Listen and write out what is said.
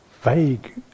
vague